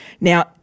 Now